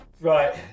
right